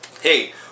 hey